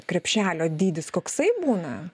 krepšelio dydis koksai būna